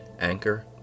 Anchor